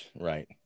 right